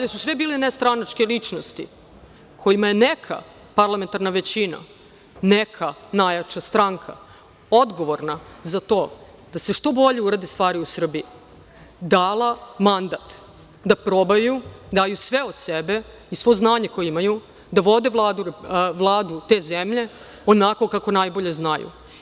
Ovo su sve bile nestranačke ličnosti, kojima je neka parlamentarna većina, neka najjača stranka odgovorna za to da se što bolje urade stvari u Srbiji dala mandat da probaju, daju sve od sebe i svo znanje koje imaju, da vode Vladu te zemlje onako kako najbolje znaju.